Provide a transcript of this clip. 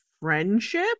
friendship